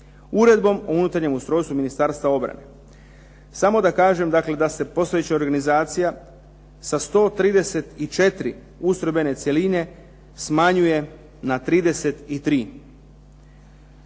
Uredbom o unutarnjem ustrojstvu Ministarstva obrane. Samo da kažem dakle da se postojeća organizacija sa 134 ustrojbene cjeline smanjuje na 33.